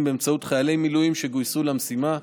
באמצעות חיילי מילואים שגיוסו למשימה.